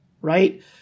right